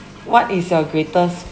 what is your greatest